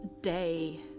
day